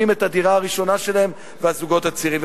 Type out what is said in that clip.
את הדירה הראשונה שלהם והזוגות הצעירים.